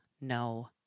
no